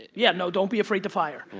yeah, no don't be afraid to fire.